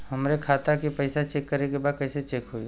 हमरे खाता के पैसा चेक करें बा कैसे चेक होई?